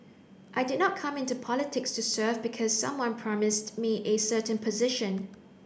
I did not come into politics to serve because someone promised me a certain position